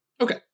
Okay